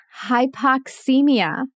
hypoxemia